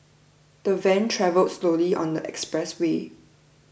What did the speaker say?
the van travelled slowly on the expressway